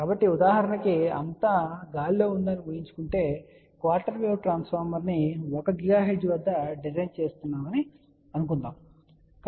కాబట్టి ఉదాహరణకు అంతా గాలిలో ఉందని ఊహించుకోండి మరియు క్వార్టర్ వేవ్ ట్రాన్స్ఫార్మర్ ని 1 GHz వద్ద డిజైన్ చేస్తున్నామని పరిగణించండి